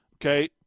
Okay